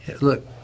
Look